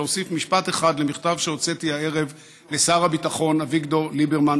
להוסיף משפט אחד למכתב שהוצאתי הערב לשר הביטחון אביגדור ליברמן,